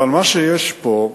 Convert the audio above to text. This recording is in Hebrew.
אבל מה שיש פה,